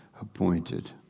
appointed